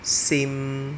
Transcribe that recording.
same